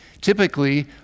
Typically